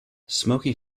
smoky